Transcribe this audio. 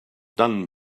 done